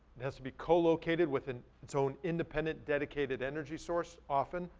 it has to be co-located within its own independent dedicated energy source often,